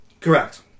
Correct